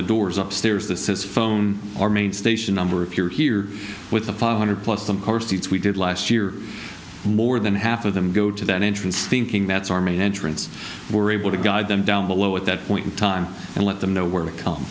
the doors upstairs the says phone or main station number if you're here with the five hundred plus some corsets we did last year more than half of them go to that entrance thinking that's our main entrance we're able to guide them down below at that point in time and let them know where they come